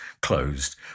closed